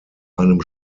einem